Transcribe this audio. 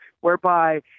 whereby